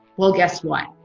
well, guess what,